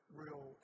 real